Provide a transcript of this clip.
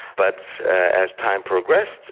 but as time progressed,